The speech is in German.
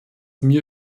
mir